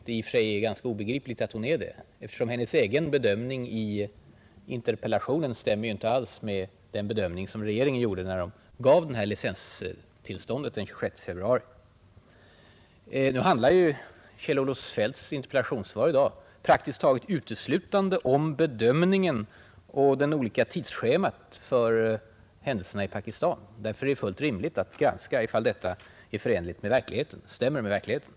I sak är det obegripligt att hon är det, eftersom hennes egen bedömning i interpellationen inte alls stämmer med den bedömning som regeringen gjorde när den gav det här licenstillståndet den 26 februari. Nu handlar ju Kjell-Olof Feldts interpellationssvar i dag praktiskt taget uteslutande om bedömningen av och tidsschemat för händelserna i Pakistan. Därför är det fullt rimligt att jag granskar om framställningen stämmer med verkligheten.